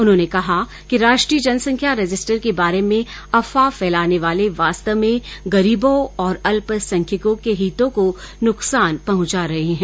उन्होंने कहा कि राष्ट्रीय जनसंख्या रजिस्टर के बारे में अफवाह फैलाने वाले वास्तव में गरीबों और अल्पसंख्यकों के हितों को नुकसान पहुंचा रहे हैं